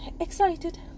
excited